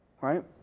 right